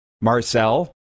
Marcel